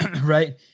right